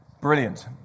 Brilliant